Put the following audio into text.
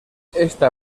esta